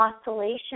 oscillation